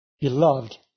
beloved